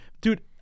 Dude